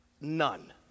none